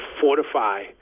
fortify